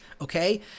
okay